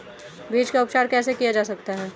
बीज का उपचार कैसे किया जा सकता है?